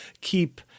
keep